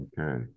Okay